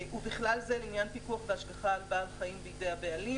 " ובכלל זה לעניין פיקוח והשגחה על בעל חיים בידי הבעלים"